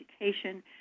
education